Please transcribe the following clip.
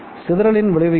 சிதறலின் விளைவு என்ன